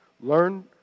Learn